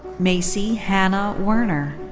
macy hannah werner.